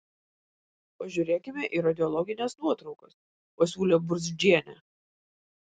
pažiūrėkime į radiologines nuotraukas pasiūlė burzdžienė